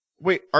Wait